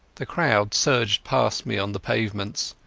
the crowd surged past me on the pavements,